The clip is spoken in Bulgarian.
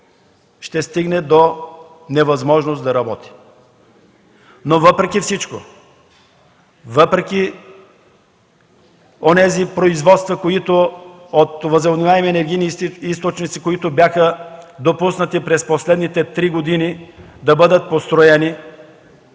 ще стигне до невъзможност да работи. Въпреки всичко обаче, въпреки производствата от възобновяеми енергийни източници, които беше допуснато през последните три години да бъдат построени